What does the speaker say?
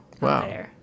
Wow